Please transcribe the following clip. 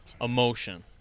emotion